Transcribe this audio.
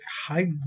high